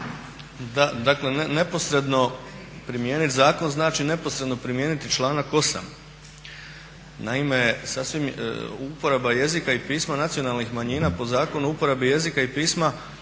Dakle ne posredno primijenit zakon znači, neposredno primijeniti članak 8. Naime, uporaba jezika i pisma nacionalnih manjina po Zakonu o uporabi jezika i pisma